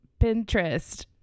pinterest